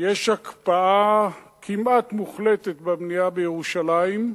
יש הקפאה כמעט מוחלטת בבנייה בירושלים.